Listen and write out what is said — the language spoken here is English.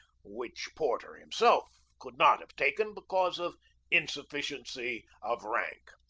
which porter him self could not have taken because of insufficiency of rank.